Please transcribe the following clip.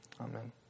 Amen